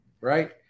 Right